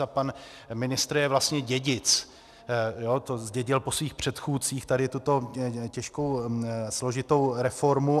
A pan ministr je vlastně dědic, to zdědil po svých předchůdcích, tady tuto těžkou, složitou reformu.